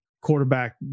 quarterback